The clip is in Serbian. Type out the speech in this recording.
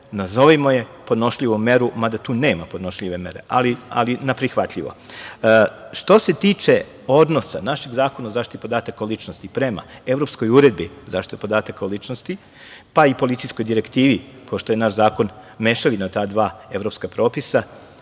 nazovimo je podnošljivu meru, mada tu nema podnošljive mere, ali na prihvatljivo. Što se tiče odnosa našeg Zakona o zaštiti podataka o ličnosti, prema evropskoj uredbi, zaštita podataka o ličnosti, pa i policijskoj direktivi, pošto je naš zakon mešavina ta dva evropska propisa,